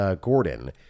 Gordon